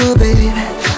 baby